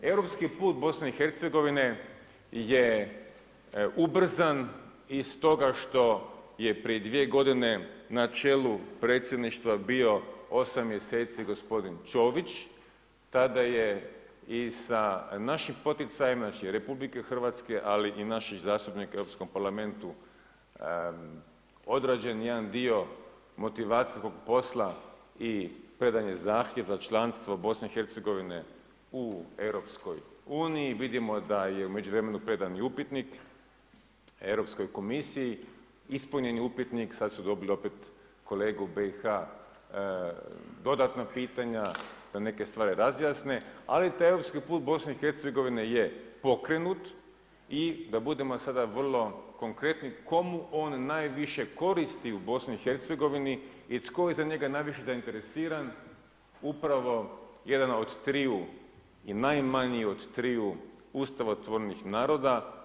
Europski put BiH-a je ubrzan i stoga što je prije 2 godine na čelu Predsjedništva bio 8 mjeseci gospodin Čović, tada je i sa našim poticajima, znači RH ali i naših zastupnika u Europskom parlamentu odrađen jedan dio motivacijskog posla i predan je zahtjev za članstvo BiH-a u EU-u, vidimo da je u međuvremenu predan i upitnik Europskoj komisiji, ispunjen je upitnik, sad su dobili opet kolege i BiH-u dodatna pitanja da neke stvari razjasne, ali taj europski put BiH-a je pokrenut i da budemo sada vrlo konkretni, komu on najviše koristi u BiH-u i tko je za njega najviše zainteresiran, upravo jedan od triju i najmanju od triju ustavotvornih naroda.